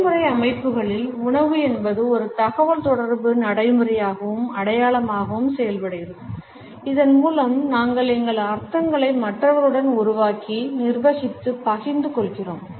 தொழில்முறை அமைப்புகளில் உணவு என்பது ஒரு தகவல்தொடர்பு நடைமுறையாகவும் அடையாளமாகவும் செயல்படுகிறது இதன் மூலம் நாங்கள் எங்கள் அர்த்தங்களை மற்றவர்களுடன் உருவாக்கி நிர்வகித்து பகிர்ந்து கொள்கிறோம்